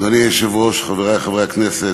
אדוני היושב-ראש, חברי חברי הכנסת,